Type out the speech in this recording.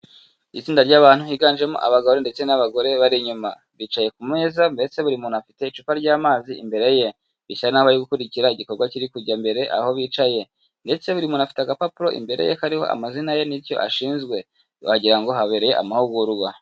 Itsinda ry'abantu higanjemo abagabo ndetse n'abagagore bari inyuma, bicaye ku meza, ndetse buri muntu afite icupa ry'amazi imbere ye, bisa n'aho bari gukurikira igikorwa kiri kujya mbere aho bicaye, ndetse buri muntu afite agapapuro imbere ye kariho amazina ye n'icyo ashinzwe, wagira habereye amahugurwa.